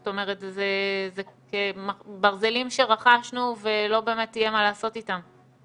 זאת אומרת זה ברזלים שרכשנו ולא באמת יהיה מה לעשות איתם.